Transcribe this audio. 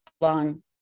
long